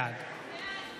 בעד